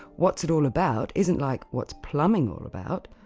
what's it all about? isn't like what's plumbing all about?